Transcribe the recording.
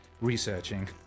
researching